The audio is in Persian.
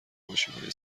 ماشینهای